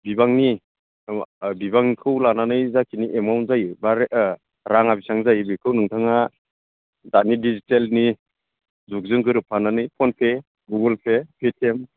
बिबांनि बिबांखौ लानानै जाखिनि एमाउन्ट जायो बा राङा बेसेबां जायो बेखौ नोंथाङा दानि डिजिटेलनि जुगजों गोरोबफानानै फनपे गुगोलपे पेटिएम